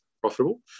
profitable